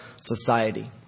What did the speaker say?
Society